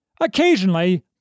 Occasionally